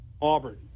Auburn